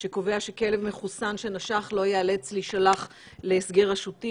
שקובע שכלב מחוסן שנשך לא ייאלץ להישלח להסגר רשותי